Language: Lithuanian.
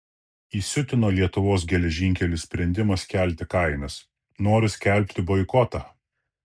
įsiutino lietuvos geležinkelių sprendimas kelti kainas noriu skelbti boikotą